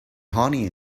honey